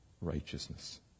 righteousness